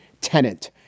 tenant